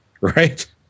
right